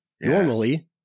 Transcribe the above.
normally